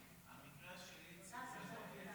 סעיפים 1